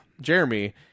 Jeremy